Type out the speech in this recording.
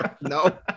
no